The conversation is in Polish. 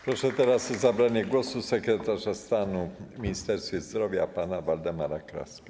Proszę teraz o zabranie głosu sekretarza stanu w Ministerstwie Zdrowia pana Waldemara Kraskę.